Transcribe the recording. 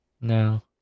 no